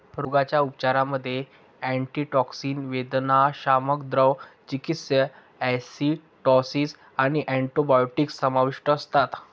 रोगाच्या उपचारांमध्ये अँटीटॉक्सिन, वेदनाशामक, द्रव चिकित्सा, ॲसिडॉसिस आणि अँटिबायोटिक्स समाविष्ट असतात